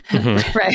Right